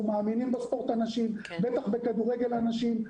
אנחנו מאמינים בספורט הנשי, בטח בכדורגל נשים.